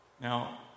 Now